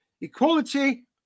equality